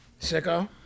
Sicko